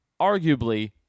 arguably